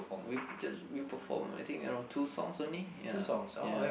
we just we perform I think around two songs only ya ya